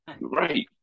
Right